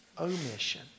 omission